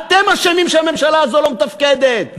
אתם אשמים שהממשלה הזאת לא מתפקדת,